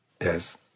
Yes